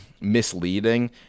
misleading